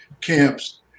camps